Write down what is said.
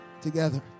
together